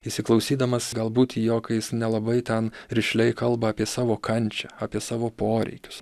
įsiklausydamas galbūt į jo kai jis nelabai ten rišliai kalba apie savo kančią apie savo poreikius